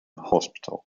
hospital